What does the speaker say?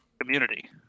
community